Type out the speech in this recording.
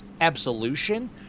absolution